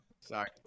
Sorry